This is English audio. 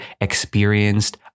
experienced